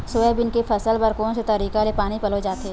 Soybean के फसल बर कोन से तरीका ले पानी पलोय जाथे?